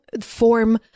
form